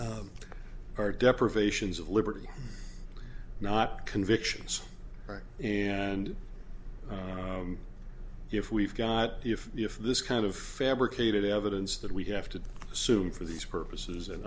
our deprivations of liberty not convictions right and if we've got if if this kind of fabricated evidence that we have to assume for these purposes and